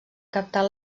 captar